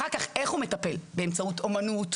אחר כך איך הוא מטפל, באמצעות אומנות,